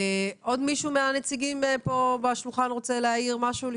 עוד מישהו מהנציגים פה בשולחן רוצה להעיר משהו?